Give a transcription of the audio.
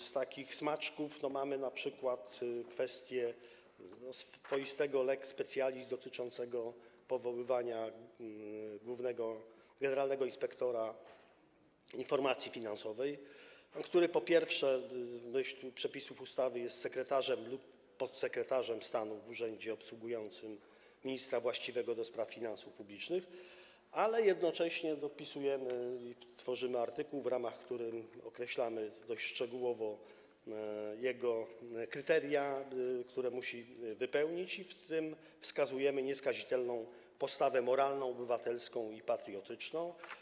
Z takich smaczków to jest np. kwestia swoistego lex specialis dotyczącego powoływania generalnego inspektora informacji finansowej, który po pierwsze, w myśl przepisów ustawy jest sekretarzem lub podsekretarzem stanu w urzędzie obsługującym ministra właściwego do spraw finansów publicznych, ale jednocześnie dopisujemy, tworzymy artykuł, w ramach którego określamy dość szczegółowo kryteria, które musi wypełnić, w tym wskazujemy nieskazitelną postawę moralną, obywatelską i patriotyczną.